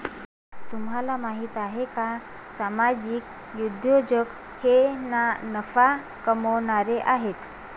तुम्हाला माहिती आहे का सामाजिक उद्योजक हे ना नफा कमावणारे आहेत